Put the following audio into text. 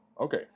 Okay